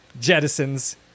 Jettisons